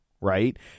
right